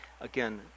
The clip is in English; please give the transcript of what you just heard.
Again